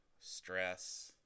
stress